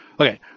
Okay